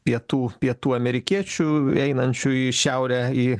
pietų pietų amerikiečių einančių į šiaurę į